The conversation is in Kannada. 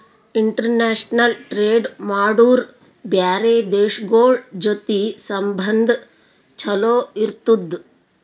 ಇಂಟರ್ನ್ಯಾಷನಲ್ ಟ್ರೇಡ್ ಮಾಡುರ್ ಬ್ಯಾರೆ ದೇಶಗೋಳ್ ಜೊತಿ ಸಂಬಂಧ ಛಲೋ ಇರ್ತುದ್